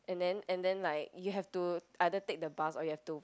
and then and then like you have to either take the bus or you have to